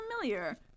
familiar